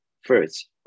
first